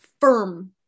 firm